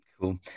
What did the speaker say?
Cool